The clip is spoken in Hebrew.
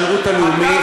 שמקבל את השירות הלאומי,